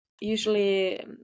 Usually